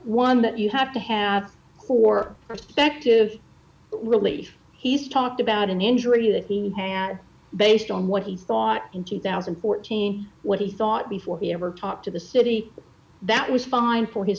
one that you have to have for perspective relief he's talked about an injury that the hand based on what he thought in two thousand and fourteen what he thought before he ever talked to the city that was fine for his